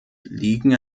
liegen